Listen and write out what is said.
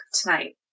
tonight